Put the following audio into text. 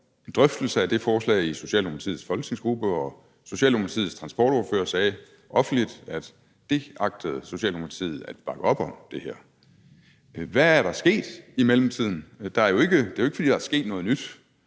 drøftelse af det forslag i Socialdemokratiets folketingsgruppe, og Socialdemokratiets transportordfører sagde offentligt, at Socialdemokratiet agtede at bakke op om det. Hvad er der sket i mellemtiden? Det er jo ikke, fordi der er sket noget nyt.